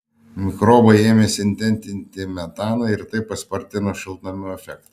mikrobai ėmė sintetinti metaną ir tai paspartino šiltnamio efektą